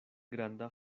granda